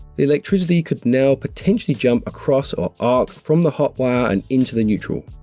the electricity could now potentially jump across or arc from the hot wire and into the neutral.